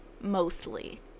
mostly